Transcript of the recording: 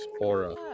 aura